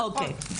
אוקיי,